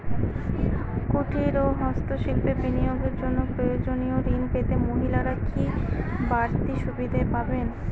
কুটীর ও হস্ত শিল্পে বিনিয়োগের জন্য প্রয়োজনীয় ঋণ পেতে মহিলারা কি বাড়তি সুবিধে পাবেন?